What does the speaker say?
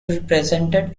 represented